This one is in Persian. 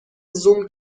زوم